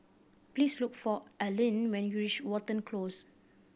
please look for Arlyn when you reach Watten Close